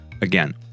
Again